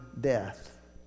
death